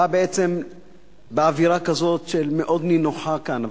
עולה לדיון לכאורה באווירה מאוד נינוחה כאן,